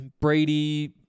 Brady